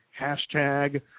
hashtag